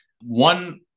One